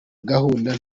gahunda